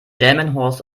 delmenhorst